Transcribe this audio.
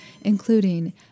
including